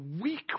weak